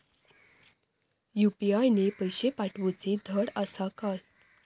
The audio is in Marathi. यू.पी.आय ने पैशे पाठवूचे धड आसा काय?